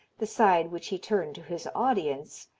the side which he turned to his audience,